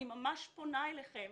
אני ממש פונה אליכם,